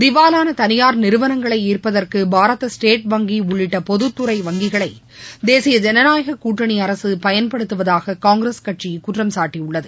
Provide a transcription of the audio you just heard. திவாலான தனியார் நிறுவனங்களை ஈர்ப்பதற்கு பாரத ஸ்டேட் வங்கி உள்ளிட்ட பொதுத்துறை வங்கிகளை தேசிய ஜனநாயகக் கூட்டணி அரசு பயன்படுத்துவதாக காங்கிரஸ் கட்சி குற்றம் சாட்டியுள்ளது